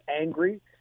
angry